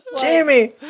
Jamie